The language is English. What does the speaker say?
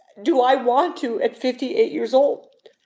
do i want to at fifty eight years old?